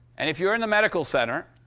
and if you're in the medical center,